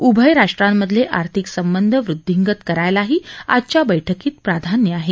उभय राष्ट्रांमधले आर्थिक संबंध वृद्धीगंत करायलाही आजच्या बैठकीत प्राधान्य आहे